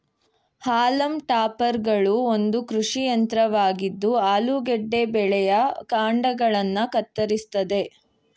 haulm ಟಾಪರ್ಗಳು ಒಂದು ಕೃಷಿ ಯಂತ್ರವಾಗಿದ್ದು ಆಲೂಗೆಡ್ಡೆ ಬೆಳೆಯ ಕಾಂಡಗಳನ್ನ ಕತ್ತರಿಸ್ತದೆ